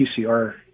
PCR